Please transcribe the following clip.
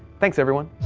thanks everyone!